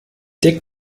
deckt